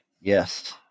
yes